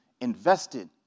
invested